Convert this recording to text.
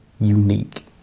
unique